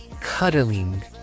cuddling